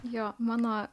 jo mano